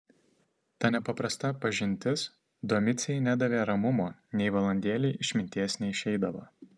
ta nepaprasta pažintis domicei nedavė ramumo nei valandėlei iš minties neišeidavo